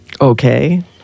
okay